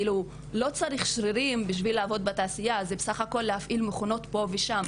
לא צריך שרירים בשביל לעבוד בתעשייה זה בסך הכל להפעיל מכונות פה ושם.